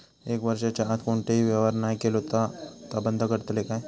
एक वर्षाच्या आत कोणतोही व्यवहार नाय केलो तर ता बंद करतले काय?